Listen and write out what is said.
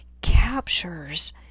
captures